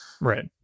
right